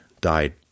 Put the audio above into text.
died